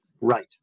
right